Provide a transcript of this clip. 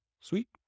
Sweet